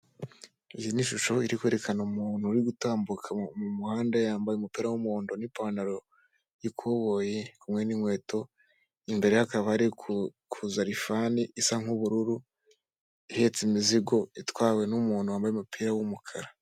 iyi ni ishusho iri kwerekana umuntu uri gutambuka mu muhanda yambaye umupira w'umuhondo n'ipantaro y'ikoboyi kumwe n'inkweto imbere y'akabare ku za rifani isa nk'ubururu ihetse imizigo itwawe n'umuntu wambaye umupira w'umukara.